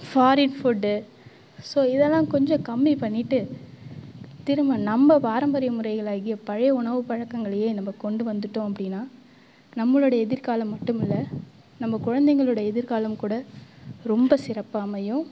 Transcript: foreign food so இதெல்லாம் கொஞ்சம் கம்மி பண்ணிட்டு திரும்ப நம்ம பாரம்பரிய முறைகளாகிய பழைய உணவு பழக்கங்களையே நம்ம கொண்டு வந்துட்டோம் அப்படின்னா நம்மளுடைய எதிர்க்காலம் மட்டுமில்லை நம்ம குழந்தைங்களோட எதிர்க்காலமும் கூட ரொம்ப சிறப்பாக அமையும்